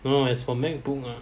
orh as for Macbook ah